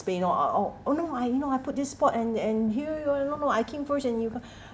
space ah oh you know ah you know I put this spot and and here you no no no I came first and you come